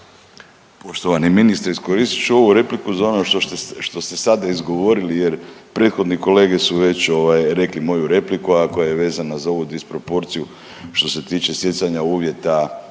Poštovani ministre, iskoristit ću ovu repliku za ono što ste sada izgovorili jer prethodni kolege su već rekli moju repliku, a koja je vezana za ovu disproporciju što se tiče stjecanja uvjeta